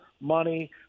money